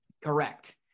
Correct